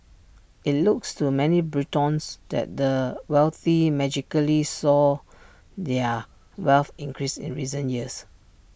IT looks to many Britons that the wealthy magically saw their wealth increase in recent years